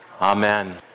Amen